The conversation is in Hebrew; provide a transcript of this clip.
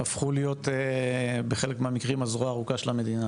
הפכו להיות בחלק מהמקרים הזרוע הארוכה של המדינה.